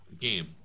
game